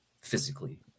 physically